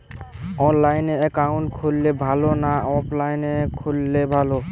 অনলাইনে একাউন্ট খুললে ভালো না অফলাইনে খুললে ভালো?